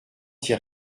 hier